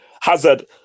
Hazard